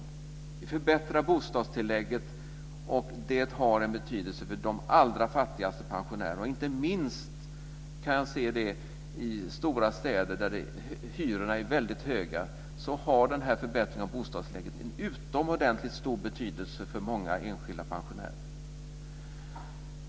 Vi förbättrar bostadstillägget, och det har betydelse för de allra fattigaste pensionärerna. Inte minst i stora städer där hyrorna är väldigt höga har höjningen av bostadstillägget utomordentligt stor betydelse för många enskilda pensionärer.